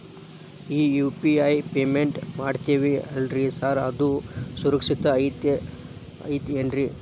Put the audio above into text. ಈ UPI payment ಮಾಡ್ತೇವಿ ಅಲ್ರಿ ಸಾರ್ ಅದು ಸುರಕ್ಷಿತ್ ಐತ್ ಏನ್ರಿ?